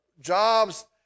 jobs